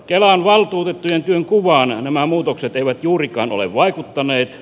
kelan valtuutettujen työnkuvaan nämä muutokset eivät juurikaan ole vaikuttaneet